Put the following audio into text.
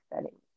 settings